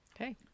Okay